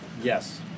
Yes